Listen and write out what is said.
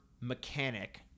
mechanic